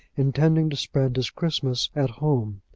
intending to spend his christmas at home,